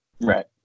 Right